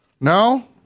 No